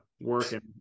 working